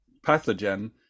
pathogen